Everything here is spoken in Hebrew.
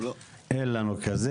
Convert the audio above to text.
אין לנו כזה.